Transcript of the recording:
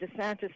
DeSantis